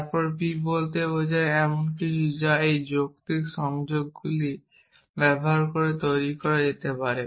তারপর p বলতে বোঝায় এমন কিছু সূত্র যা এই যৌক্তিক সংযোগগুলি ব্যবহার করে তৈরি করা যেতে পারে